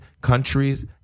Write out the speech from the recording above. countries